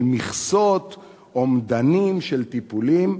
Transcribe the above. של מכסות ואומדנים של טיפולים,